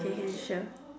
okay can sure